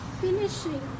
finishing